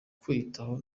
kwiyitaho